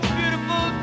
beautiful